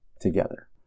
together